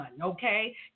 okay